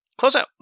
Closeout